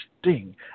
Sting